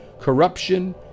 corruption